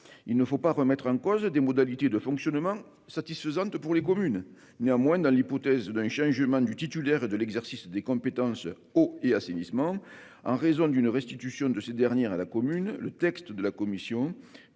Il ne faut pas remettre en cause des modalités de fonctionnement satisfaisantes pour les communes. Néanmoins, dans l'hypothèse d'un changement du titulaire de l'exercice des compétences eau et assainissement, en raison d'une restitution de ces dernières à la commune, le texte de la commission